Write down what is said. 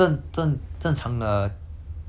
爸爸妈妈给你钱 mah